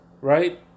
Right